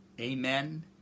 Amen